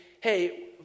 hey